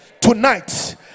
tonight